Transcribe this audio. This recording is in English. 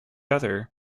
other